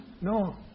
No